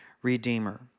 redeemer